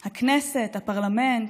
הכנסת, הפרלמנט,